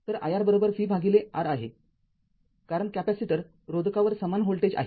तर iR vR आहेकारण capacitor रोधकावर समान व्होल्टेज आहे